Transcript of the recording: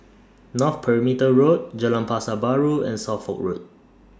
North Perimeter Road Jalan Pasar Baru and Suffolk Road